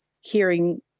hearing